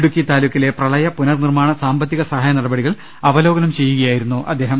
ഇടുക്കി താലൂക്കിലെ പ്രളയ പുനർനിർമാണ സാമ്പത്തിക സഹായ നടപടികൾ അവലോകനം ചെയ്യുകയായിരുന്നു അദ്ദേഹം